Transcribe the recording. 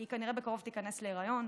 היא כנראה בקרוב תיכנס להיריון,